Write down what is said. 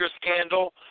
scandal